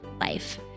life